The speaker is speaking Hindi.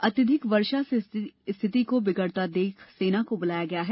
अत्यधिक वर्षा से रिथति को बिगड़ता देख सेना को बुलाया गया है